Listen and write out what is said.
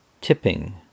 Tipping